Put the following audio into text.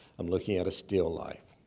i'm looking at a still life.